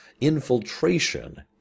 infiltration